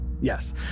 Yes